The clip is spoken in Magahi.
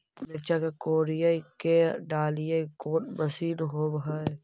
मिरचा के कोड़ई के डालीय कोन मशीन होबहय?